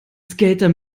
skater